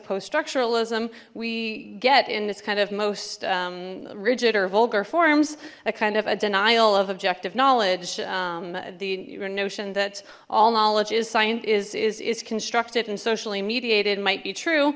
post structuralism we get in this kind of most rigid or vulgar forms a kind of a denial of objective knowledge the notion that all knowledge is signed is is it's constructed and socially mediated might be true